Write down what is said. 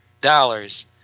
dollars